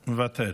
מוותר.